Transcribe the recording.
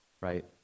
right